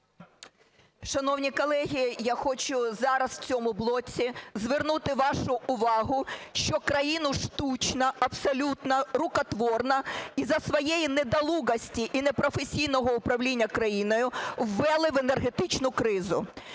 Шановні колеги, я хочу зараз в цьому блоці звернути вашу увагу, що країну штучно, абсолютно рукотворно із-за своєї недолугості і непрофесійного управління країною ввели в енергетичну кризу.